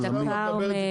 את הכרמל.